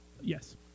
Yes